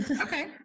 Okay